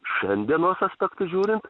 šiandienos aspektu žiūrint